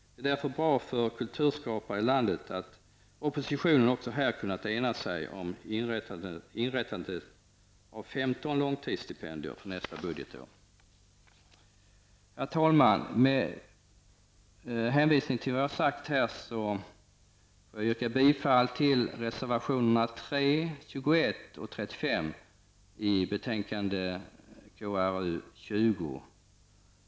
Det är därför bra för kulturskapare i landet att oppositionen också här har kunnat ena sig om inrättande av 15 långtidssstipendier för nästa budgetår. Herr talman! Med hänvisning till vad jag här sagt ber jag att få yrka bifall till reservationerna 3, 21 och 35 i betänkande KrU20.